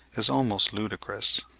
is almost ludicrous.